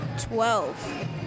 Twelve